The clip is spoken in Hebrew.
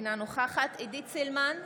אינה נוכחת עידית סילמן,